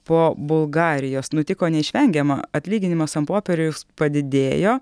po bulgarijos nutiko neišvengiama atlyginimas ant popieriaus padidėjo